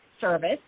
Service